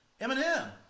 Eminem